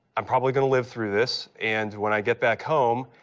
i'm probably going to live through this. and when i get back home,